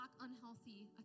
unhealthy